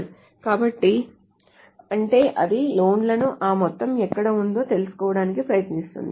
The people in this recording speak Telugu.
కాబట్టి అంటే అది లోన్ లు ఆ మొత్తం ఎక్కడ ఉందో తెలుసుకోవడానికి ప్రయత్నిస్తుంది